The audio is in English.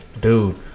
dude